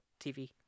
TV